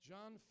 John